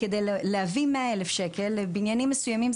כדי להביא 100,000 שקלים לבניינים מסוימים,